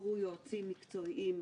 הרגשתי שאתם גם חברים שלי.